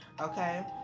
okay